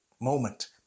moment